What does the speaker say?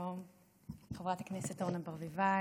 חברת הכנסת אורנה ברביבאי,